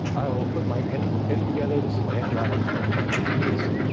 i'll put my end end together. this is my end graphics where i thank my people's.